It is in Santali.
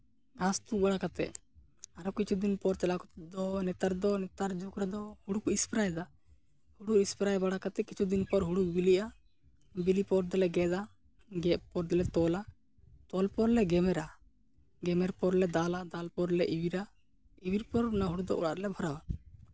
ᱜᱷᱟᱥ ᱛᱩᱫ ᱵᱟᱲᱟ ᱠᱟᱛᱮᱫ ᱟᱨᱦᱚᱸ ᱠᱤᱪᱷᱩ ᱫᱤᱱ ᱯᱚᱨ ᱪᱟᱞᱟᱣ ᱠᱟᱛᱮᱫ ᱫᱚ ᱱᱮᱛᱟᱨ ᱫᱚ ᱱᱮᱛᱟᱨ ᱡᱩᱜᱽ ᱨᱮᱫᱚ ᱦᱩᱲᱩ ᱠᱚ ᱥᱯᱨᱮᱭᱮᱫᱟ ᱦᱩᱲᱩ ᱥᱯᱨᱮ ᱵᱟᱲᱟ ᱠᱟᱛᱮᱫ ᱠᱤᱪᱷᱩ ᱫᱤᱱ ᱯᱚᱨ ᱦᱩᱲᱩ ᱵᱤᱞᱤᱜᱼᱟ ᱵᱤᱞᱤ ᱯᱚᱨ ᱫᱚᱞᱮ ᱜᱮᱫᱟ ᱜᱮᱫ ᱯᱚᱨ ᱫᱚᱞᱮ ᱛᱚᱞᱼᱟ ᱛᱚᱞ ᱯᱚᱨ ᱞᱮ ᱜᱮᱢᱮᱨᱟ ᱜᱮᱢᱮᱨ ᱯᱚᱨ ᱞᱮ ᱫᱟᱞᱟ ᱫᱟᱞ ᱯᱚᱨ ᱞᱮ ᱮᱣᱮᱨᱟ ᱮᱣᱮᱨ ᱯᱚᱨ ᱚᱱᱟ ᱦᱩᱲᱩ ᱫᱫ ᱚᱲᱟᱜ ᱨᱮᱞᱮ ᱵᱷᱚᱨᱟᱣᱟ